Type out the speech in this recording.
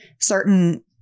certain